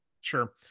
Sure